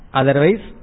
otherwise